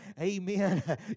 Amen